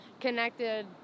connected